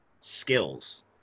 skills